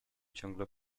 ciągle